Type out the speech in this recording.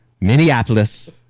Minneapolis